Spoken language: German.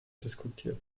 diskutiert